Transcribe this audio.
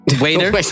Waiter